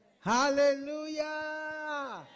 Hallelujah